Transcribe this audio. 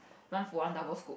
one for one double scoop